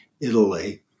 Italy